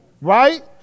Right